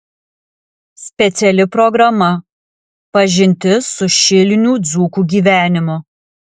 speciali programa pažintis su šilinių dzūkų gyvenimu